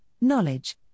knowledge